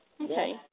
Okay